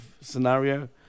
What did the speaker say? scenario